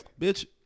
bitch